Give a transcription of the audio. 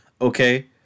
Okay